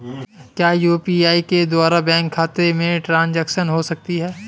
क्या यू.पी.आई के द्वारा बैंक खाते में ट्रैन्ज़ैक्शन हो सकता है?